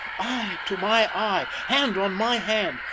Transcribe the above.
eye to my eye, hand on my hand,